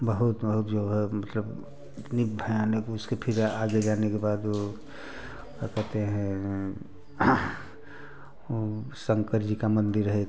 बहुत बहुत जो है मतलब इतनी भयानक उसके फिर आगे जाने के बाद वह क्या कहेते हैं ओ शंकर जी का मंदिर है एक